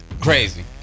Crazy